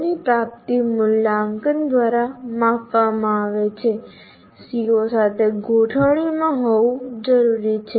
CO ની પ્રાપ્તિ મૂલ્યાંકન દ્વારા માપવામાં આવે છે જે CO સાથે ગોઠવણીમાં હોવું જરૂરી છે